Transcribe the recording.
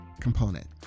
component